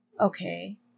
Okay